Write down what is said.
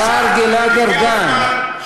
השר גלעד ארדן.